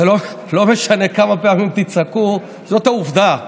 לא משנה כמה פעמים תצעקו, זאת העובדה.